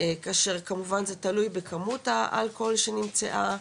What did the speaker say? כאשר, כמובן, זה תלוי בכמות האלכוהול שנמצאה,